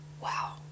wow